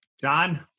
John